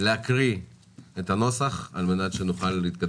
אני לא מכיר שהמחוקק שינה,